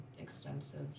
extensive